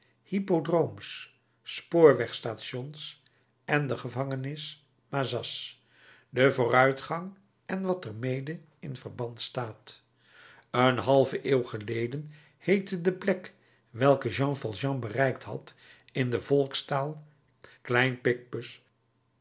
hippodromes spoorwegstations en de gevangenis mazas de vooruitgang en wat er mede in verband staat een halve eeuw geleden heette de plek welke jean valjean bereikt had in de volkstaal klein picpus